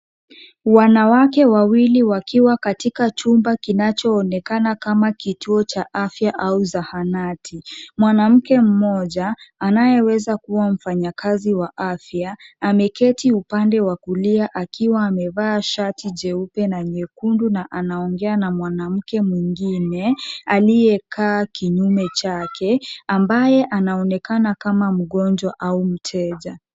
Wanawake wawili wakiwa katika chumba kinachoonekana kama kituo cha afya au zahanati. Mwanamke mmoja anayeweza kuwa mfanyakazi wa afya ameketi upande wa kulia akiwa amevaa shati jeupe na nyekundu na anaongea na mwanamke mwingine aliyekaa kinyume chake ambaye anaonekana kama mgonjwa au mteja.